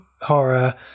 horror